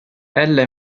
ella